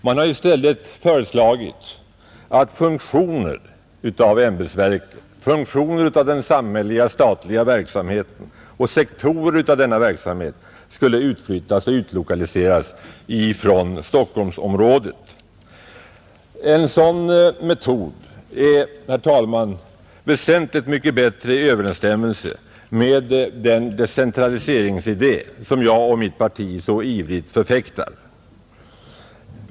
Man har i stället föreslagit att funktioner av ämbetsverk, funktioner av den samhälleliga statliga verksamheten och sektorer av denna verksamhet skulle utflyttas och utlokaliseras från Stockholmsområdet. En sådan metod står, herr talman, i väsentligt mycket bättre överensstämmelse med den decentraliseringsidé som jag och mitt parti så ivrigt förfäktar.